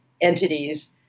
entities